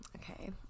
okay